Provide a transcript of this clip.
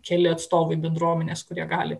keli atstovai bendruomenės kurie gali